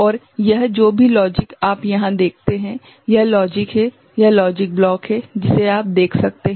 और यहाँ जो भी लॉजिक आप यहाँ देखते हैं यह लॉजिकहै यह लॉजिक ब्लॉक है जिसे आप देख सकते हैं